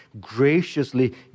graciously